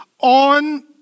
on